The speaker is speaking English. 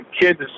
kids